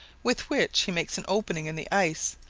with which he makes an opening in the ice,